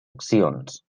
accions